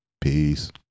Peace